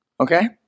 Okay